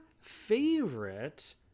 favorite